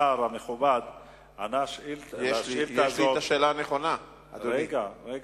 שאילתא מס' 108 של חבר הכנסת חיים אמסלם, אני רואה